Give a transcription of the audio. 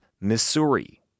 Missouri